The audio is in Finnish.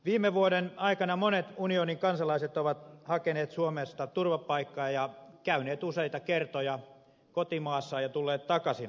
viime vuoden aikana monet unionin kansalaiset ovat hakeneet suomesta turvapaikkaa ja käyneet useita kertoja kotimaassaan ja tulleet takaisin hakemaan turvapaikkaa